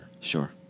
sure